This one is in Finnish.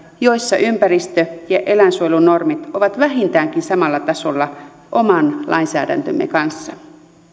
joissa ympäristö ja eläinsuojelunormit ovat vähintäänkin samalla tasolla oman lainsäädäntömme kanssa